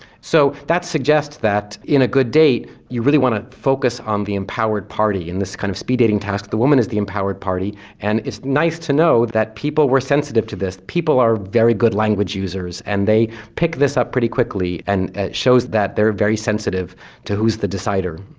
so that suggests that in a good date, you really want to focus on the empowered party, and in this kind of speed dating task the woman is the empowered party and it's nice to know that people were sensitive to this. people are very good language users and they pick this up pretty quickly and it shows that they're very sensitive to who's the decider.